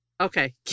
Okay